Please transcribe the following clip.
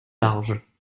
large